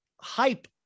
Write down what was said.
hype